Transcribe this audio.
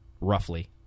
roughly